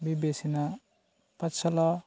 बे बेसेना पातसाला